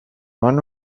one